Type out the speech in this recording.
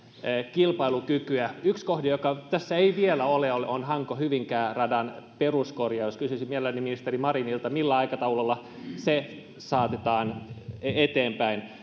kilpailukykyä yksi kohde joka tässä ei vielä ole on hanko hyvinkää radan peruskorjaus kysyisin mielelläni ministeri marinilta millä aikataululla se saatetaan eteenpäin